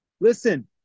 Listen